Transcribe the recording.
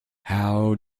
how